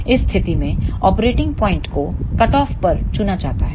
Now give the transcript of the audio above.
इस स्थिति में ऑपरेटिंग पॉइंट को कटऑफ पर चुना जाता है